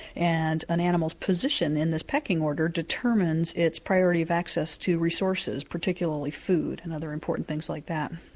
and an animal's position in this pecking order determines its priority of access to resources, particularly food and other important things like that.